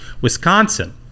Wisconsin